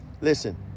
listen